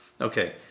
Okay